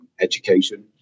education